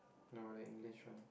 no the English one